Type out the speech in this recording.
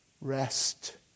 Rest